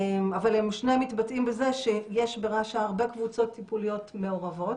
אבל שניהם מתבטאים בזה שיש ברש"א הרבה קבוצות טיפוליות מעורבות,